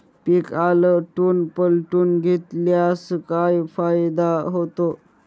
पीक आलटून पालटून घेतल्यास काय फायदा होतो?